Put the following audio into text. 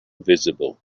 visible